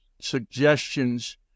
suggestions